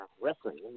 wrestling